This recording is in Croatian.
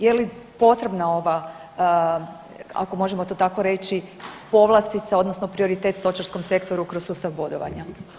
Je li potrebna ova, ako možemo to tako reći, povlastica, odnosno prioritet stočarskom sektoru kroz sustav bodovanja.